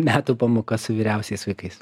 metų pamoka su vyriausiais vaikais